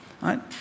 right